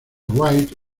wright